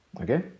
Okay